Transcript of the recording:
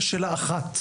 יש שאלה אחת,